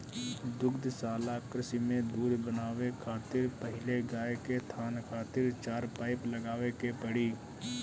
दुग्धशाला कृषि में दूध बनावे खातिर पहिले गाय के थान खातिर चार पाइप लगावे के पड़ी